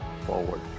forward